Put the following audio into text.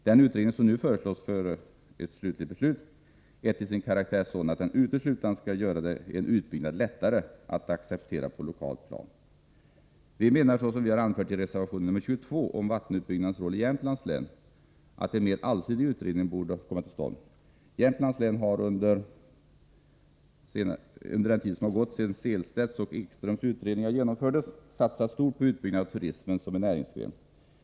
Den utredning som nu föreslås före ett slutligt beslut är till sin karaktär sådan att den uteslutande skall göra en utbyggnad lättare att acceptera på lokalt plan. Vi menar, såsom vi anfört i reservation 22 om vattenutbyggnadens roll i Jämtlands län, att en mer allsidig utredning borde komma till stånd. Jämtlands län har under de år som gått sedan Selstedts och Ekströms utredningar genomfördes satsat stort på utbyggnad av turismen som en näringsgren.